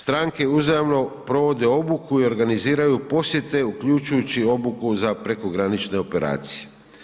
Stranke uzajamno provode obuku i organiziraju posjete uključujući obuku za prekogranične operacije.